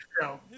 show